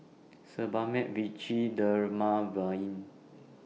Sebamed Vichy Dermaveen